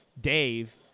Dave